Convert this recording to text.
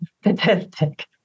statistic